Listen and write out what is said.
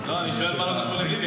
אני שואל מה לא קשור לביבי.